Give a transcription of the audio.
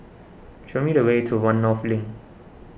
show me the way to one North Link